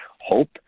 hope